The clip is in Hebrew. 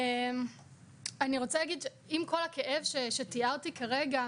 עם כל הכאב שתיארתי כרגע,